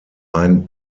ein